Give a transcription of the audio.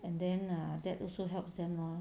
and then err that also helps them lor